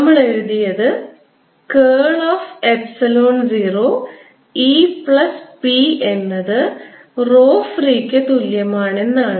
നമ്മൾ എഴുതിയത് curl of epsilon 0 E plus P എന്നത് rho ഫ്രീ ക്ക് തുല്യമാണെന്നാണ്